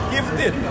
Gifted